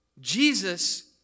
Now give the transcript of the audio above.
Jesus